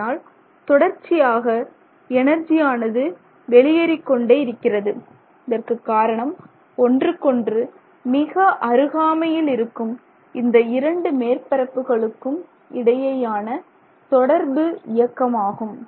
அதனால் தொடர்ச்சியாக எனர்ஜியானது வெளியேறிக் கொண்டே இருக்கிறது இதற்கு காரணம் ஒன்றுக்கொன்று மிக அருகாமையில் இருக்கும் இந்த இரண்டு மேற்பரப்புகளுக்கும் இடையேயான தொடர்பு இயக்கமாகும்